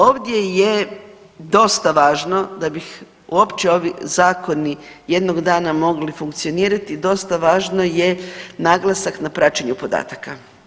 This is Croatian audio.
Ovdje je dosta važno da bih uopće ovi zakoni jednog dana mogli funkcionirati, dosta važno je naglasak na praćenje podataka.